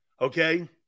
Okay